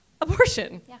abortion